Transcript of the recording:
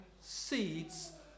seeds